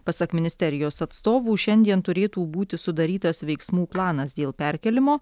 pasak ministerijos atstovų šiandien turėtų būti sudarytas veiksmų planas dėl perkėlimo